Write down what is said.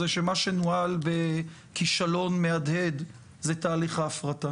זה שמה שנוהל בכישלון מהדהד זה תהליך ההפרטה